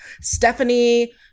Stephanie